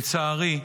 לצערי,